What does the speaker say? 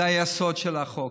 זה היסוד של החוק.